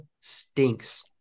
stinks